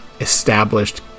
established